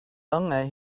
longer